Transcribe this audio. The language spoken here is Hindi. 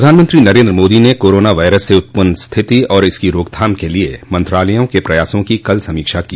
प्रधानमंत्री नरेंद्र मोदी ने कोरोना वायरस से उत्पन्न स्थिति और इसकी रोकथाम के लिए मंत्रालयों के प्रयासों की कल समीक्षा की